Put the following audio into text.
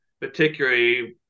particularly